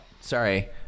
Sorry